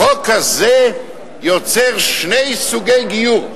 החוק הזה יוצר שני סוגי גיור.